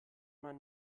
man